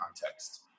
context